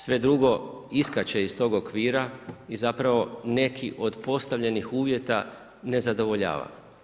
Sve drugo iskače iz tog okvira i zapravo, neki od postavljenih uvjeta ne zadovoljava.